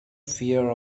fear